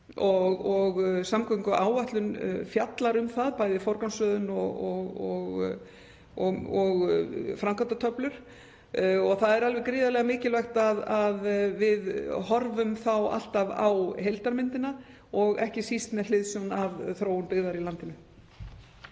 Samgönguáætlun fjallar um bæði forgangsröðun og framkvæmdatöflur og það er gríðarlega mikilvægt að við horfum þá alltaf á heildarmyndina og ekki síst með hliðsjón af þróun byggðar í landinu.